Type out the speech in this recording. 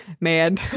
man